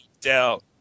doubt